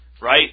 right